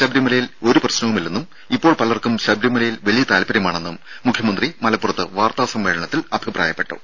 ശബരിമലയിൽ ഒരു പ്രശ്നവുമില്ലെന്നും ഇപ്പോൾ പലർക്കും ശബരിമലയിൽ വലിയ താൽപര്യമാണെന്നും മുഖ്യമന്ത്രി മലപ്പുറത്ത് വാർത്താ സമ്മേളനത്തിൽ അഭിപ്രായപ്പെട്ടു